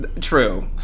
True